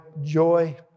joy